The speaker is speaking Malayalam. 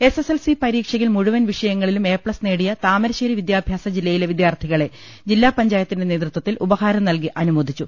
എസ്എസ്എൽസി പരീക്ഷയിൽ മുഴുവൻ വിഷയങ്ങളിലും എ പ്ലസ് നേടിയ താമരശേരി വിദ്യാഭ്യാസ ജില്ലയിലെ വിദ്യാർഥികളെ ജില്ലാ പഞ്ചായത്തിന്റെ നേതൃത്വത്തിൽ ഉപഹാരംനൽകി അനുമോദിച്ചു